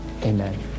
Amen